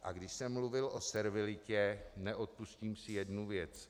A když jsem mluvil o servilitě, neodpustím si jednu věc.